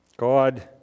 God